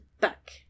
back